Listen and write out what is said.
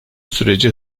süreci